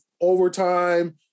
overtime